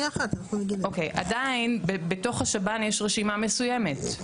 עדיין בתוך השב"ן יש רשימה מסוימת,